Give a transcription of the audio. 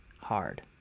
hard